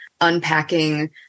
unpacking